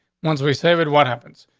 once we saved what happens,